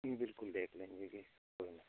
बिल्कुल देख लेंगे जी कोई नहीं